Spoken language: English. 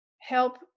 help